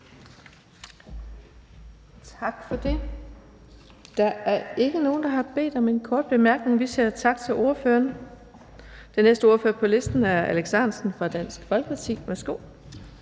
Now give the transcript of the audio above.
Tak for det. Der er ikke nogen, der har bedt om en kort bemærkning. Vi siger tak til ordføreren. Den næste ordfører på listen er Alex Ahrendtsen fra Dansk Folkeparti. Værsgo.